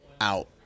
out